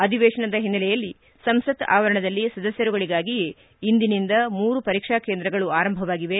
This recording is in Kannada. ಅಧಿವೇಶನದ ಹಿನ್ನೆಲೆಯಲ್ಲಿ ಸಂಸತ್ ಆವರಣದಲ್ಲಿ ಸದಸ್ಯರುಗಳಿಗಾಗಿಯೇ ನಿನ್ನೆಯಿಂದ ಮೂರು ಪರೀಕ್ಷಾ ಕೇಂದ್ರಗಳು ಆರಂಭವಾಗಿವೆ